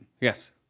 Yes